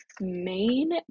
main